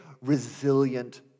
resilient